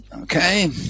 okay